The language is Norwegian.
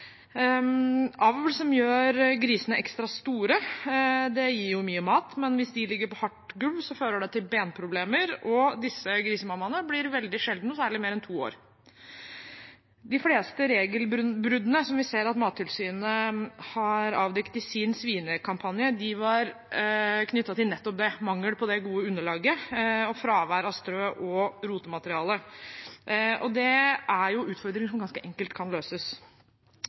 som gjør grisene ekstra store, gir jo mye mat, men hvis de ligger på hardt gulv, fører det til benproblemer, og disse grisemammaene blir veldig sjelden noe særlig mer enn to år. De fleste regelbruddene vi ser at Mattilsynet har avdekket i sin svinekampanje, var knyttet til nettopp det – mangel på det gode underlaget og fravær av strø og rotemateriale. Det er utfordringer som ganske enkelt kan løses.